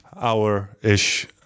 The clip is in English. hour-ish